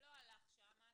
לא הלך שם.